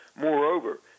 Moreover